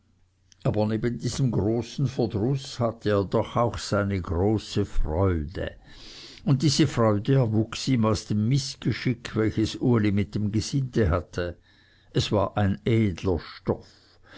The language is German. aber neben diesem großen verdruß hatte er doch auch seine große freude und diese freude erwuchs ihm aus dem mißgeschick welches uli mit seinem gesinde hatte es war ein edler stoff